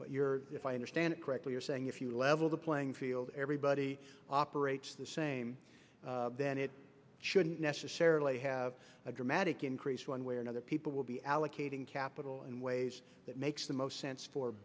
but you're if i understand correctly you're saying if you level the playing field everybody operates the same then it shouldn't necessarily have a dramatic increase one way or another people will be allocating capital in ways that makes the most sense for